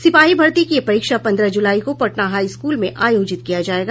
सिपाही भर्ती की ये परीक्षा पंद्रह जुलाई को पटना हाईस्कूल में आयोजित किया जायेगा